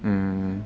mm